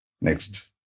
Next